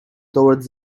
toward